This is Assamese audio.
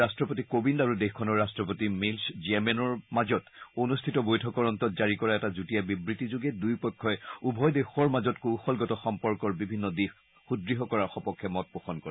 ৰট্টপতি কোবিন্দ আৰু দেশখনৰ ৰট্টপতি মিলছ জেমেনৰ মাজত অনুষ্ঠিত বৈঠকৰ অন্তত জাৰি কৰা এটা যুটীয়া বিবৃতিযোগে দুয়ো পক্ষই উভয় দেশৰ মাজত কৌশলগত সম্পৰ্কৰ বিভিন্ন দিশ সুদঢ় কৰাৰ সপক্ষে মত পোষণ কৰে